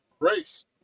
grace